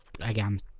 again